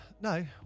no